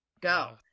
go